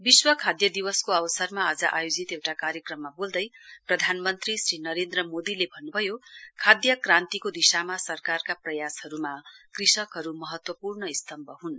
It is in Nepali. विश्व खाध दिवसको अवसरमा आज आयोजित एउटा कार्यक्रममा बोल्दै प्राधनमन्त्री श्री नरेन्द्र मोदीले भन्नुभयो खाध क्रान्तिको दिशामा सरकारका प्रयासहरूमा कृषकहरू महत्वपूर्ण सतम्ब हन्